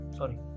Sorry